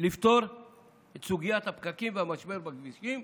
לפתור את סוגיית הפקקים והמשבר בכבישים,